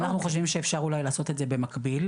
אנחנו חושבים שאפשר אולי לעשות את זה במקביל,